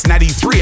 93